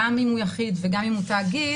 גם אם הוא יחיד וגם אם הוא תאגיד,